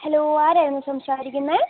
hello ആരായിരുന്നു സംസാരിക്കുന്നേ